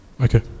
Okay